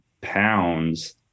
pounds